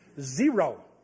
Zero